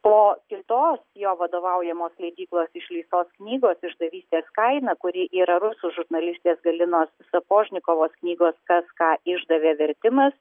o kitos jo vadovaujamos leidyklos išleistos knygos išdavystės kaina kuri yra rusų žurnalistės galinos sapožnikovos knygos kas ką išdavė vertimas